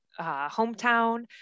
hometown